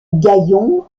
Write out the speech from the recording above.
gaillon